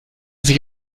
sich